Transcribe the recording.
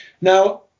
Now